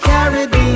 Caribbean